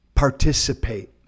Participate